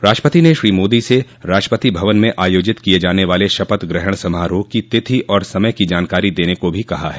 राष्ट्रपति ने श्री मोदी से राष्ट्रपति भवन में आयोजित किये जाने वाले शपथग्रहण समारोह की तिथि और समय की जानकारी देने को भी कहा है